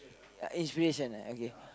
ya age finish and I okay